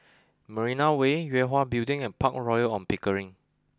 Marina Way Yue Hwa Building and Park Royal On Pickering